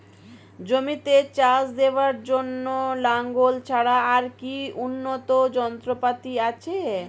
জমিতে চাষ দেওয়ার জন্য লাঙ্গল ছাড়া আর কি উন্নত যন্ত্রপাতি আছে?